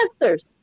answers